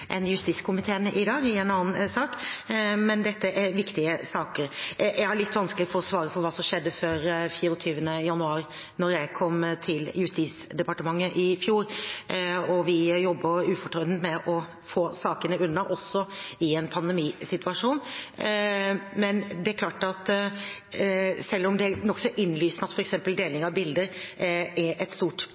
justiskomiteen i dag, i en annen sak. Men dette er viktige saker. Jeg har litt vanskelig for å svare for hva som skjedde før 24. januar i fjor, da jeg kom til Justisdepartementet. Vi jobber ufortrødent med å få sakene unna, også i en pandemisituasjon. Men det er klart at selv om det er nokså innlysende at f.eks. deling av bilder er et stort